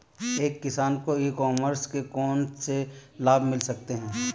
एक किसान को ई कॉमर्स के कौनसे लाभ मिल सकते हैं?